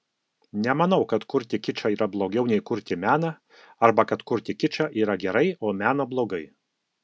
nemanau kad kurti kičą yra blogiau nei kurti meną arba kad kurti kičą yra gerai o meną blogai